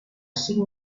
cinc